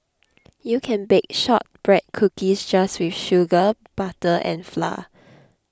you can bake Shortbread Cookies just with sugar butter and flour